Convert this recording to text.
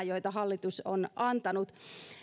joita hallitus on antanut